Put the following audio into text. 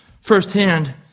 firsthand